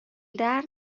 درد